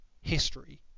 history